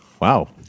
Wow